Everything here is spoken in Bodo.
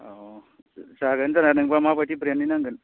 औ जागोन जानाया नोंनोबा माबायदि ब्रेन्डनि नांगोन